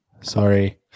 Sorry